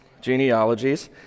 genealogies